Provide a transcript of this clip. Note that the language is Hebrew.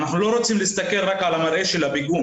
אנחנו לא רוצים להסתכל רק על המראה של הפיגום,